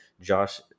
Josh